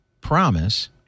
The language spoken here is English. promise